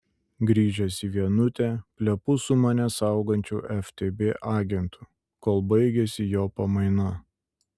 grįžęs į vienutę plepu su mane saugančiu ftb agentu kol baigiasi jo pamaina